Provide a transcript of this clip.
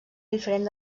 diferent